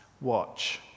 watch